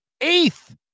Eighth